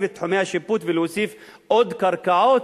את תחומי השיפוט ולהוסיף עוד קרקעות,